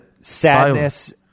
Sadness